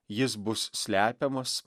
jis bus slepiamas